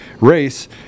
race